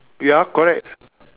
ya correct